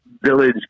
village